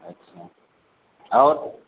اچھا اور